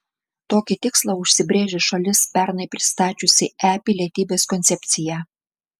tokį tikslą užsibrėžė šalis pernai pristačiusi e pilietybės koncepciją